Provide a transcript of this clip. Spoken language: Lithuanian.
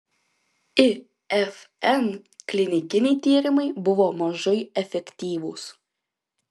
ifn klinikiniai tyrimai buvo mažai efektyvūs